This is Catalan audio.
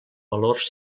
valors